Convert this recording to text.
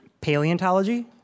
Paleontology